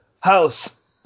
house